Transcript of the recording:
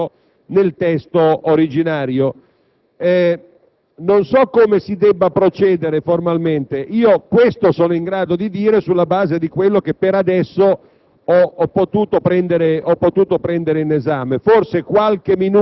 che avevamo intravisto e valutato ci fossero a proposito del testo originario. Non so come si debba procedere formalmente; io questo sono in grado di dire, sulla base di quello che, per adesso,